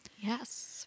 Yes